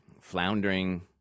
floundering